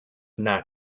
not